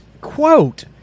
quote